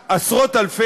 כעבור עשר שנים,